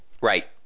Right